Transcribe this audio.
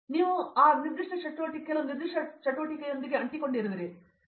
ಏಕೆಂದರೆ ನಂತರ ನೀವು ಆ ಕೆಲವು ನಿರ್ದಿಷ್ಟ ಚಟುವಟಿಕೆಯೊಂದಿಗೆ ಅಂಟಿಕೊಂಡಿರುವಿರಿ ಎಂದು ಹೇಗೆ ಭಾವಿಸುತ್ತೀರಿ